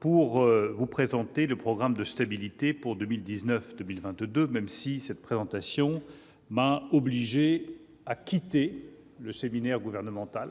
pour vous présenter le programme de stabilité pour 2019-2022, même si cette présentation m'a obligé à quitter le séminaire gouvernemental.